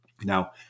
now